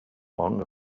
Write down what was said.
longer